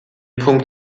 punkt